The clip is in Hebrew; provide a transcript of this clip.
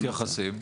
איך מתייחסים?